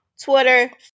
Twitter